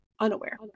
unaware